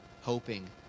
hoping